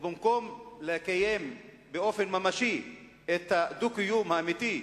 ובמקום לקיים באופן ממשי את הדו-קיום האמיתי,